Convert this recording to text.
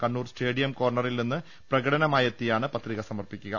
Kannur stadium കോർണറിൽ നിന്ന് പ്രകടനമായെത്തിയാണ് പത്രിക സമർപ്പിക്കുക